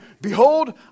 behold